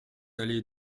allée